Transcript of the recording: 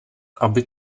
aby